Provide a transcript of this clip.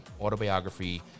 autobiography